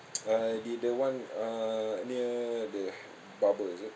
uh the the one uh near the barber is it